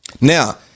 Now